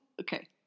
okay